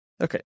Okay